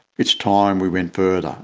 it's time we went further.